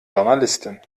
journalistin